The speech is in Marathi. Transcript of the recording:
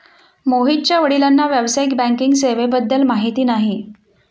मोहितच्या वडिलांना व्यावसायिक बँकिंग सेवेबद्दल माहिती नाही